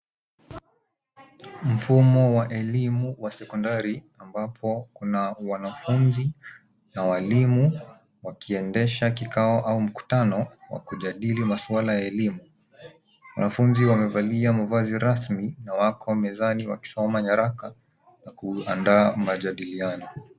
Mfumo wa elimu wa sekondari ambapo kuna wanafunzi na walimu wakiendesha kikao au mkutano wa kujadili maswala ya elimu. Wanafunzi wamevalia mavazi rasmi na wako mezani wakisoma nyaraka na kuhandaa majadiliano.